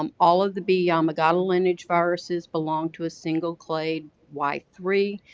um all of the b yamagata lineage viruses belonged to a single clade wide three,